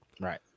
Right